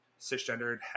cisgendered